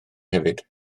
hefyd